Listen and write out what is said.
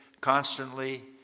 constantly